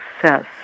success